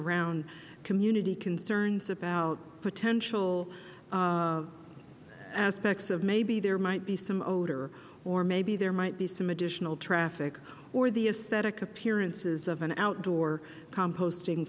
around community concerns about potential aspects that maybe there might be some odor or maybe there might be some additional traffic or as to the aesthetic appearances of an outdoor composting